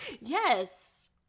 Yes